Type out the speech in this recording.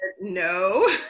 no